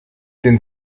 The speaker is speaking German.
den